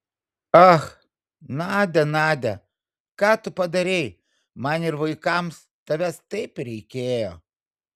ach nadia nadia ką tu padarei man ir vaikams tavęs taip reikėjo